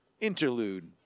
interlude